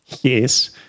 Yes